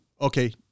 okay